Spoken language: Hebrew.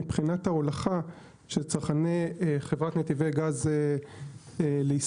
מבחינת ההולכה של צרכני חברת נתיבי גז לישראל,